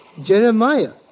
Jeremiah